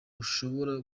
ushobora